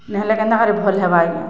ନହେଲେ କେନ୍ତା କରି ଭଲ୍ ହେବା ଆଜ୍ଞା